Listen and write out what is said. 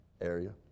area